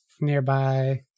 nearby